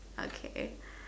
okay